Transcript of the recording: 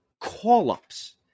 call-ups